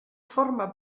forma